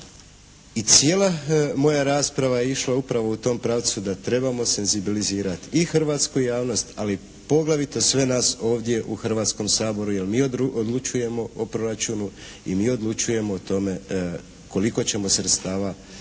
i cijela moja rasprava je išla upravo u tom pravcu da trebamo senzibilizirati i hrvatsku javnost, ali poglavito sve nas ovdje u Hrvatskom saboru jer mi odlučujemo o proračunu i mi odlučujemo o tome koliko ćemo sredstava izdvojiti